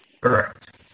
Correct